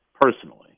personally